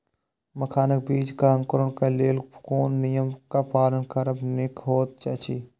मखानक बीज़ क अंकुरन क लेल कोन नियम क पालन करब निक होयत अछि?